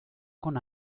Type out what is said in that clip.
con